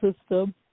system